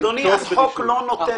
אדוני, החוק לא נותן פטור.